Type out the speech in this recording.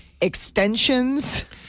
Extensions